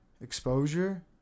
Exposure